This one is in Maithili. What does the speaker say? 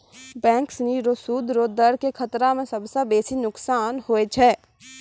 बैंक सिनी रो सूद रो दर के खतरा स सबसं बेसी नोकसान होय छै